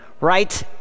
right